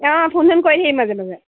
অঁ ফোন চোন কৰি থাকিবি মাজে মাজে